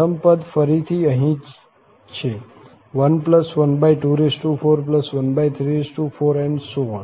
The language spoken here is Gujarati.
પ્રથમ પદ ફરીથી અહીં છે 1124134